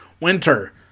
winter